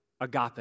Agape